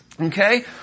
Okay